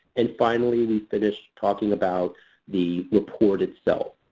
and finally, we finished talking about the report itself.